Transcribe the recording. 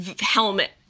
helmet